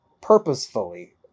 purposefully